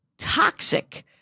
toxic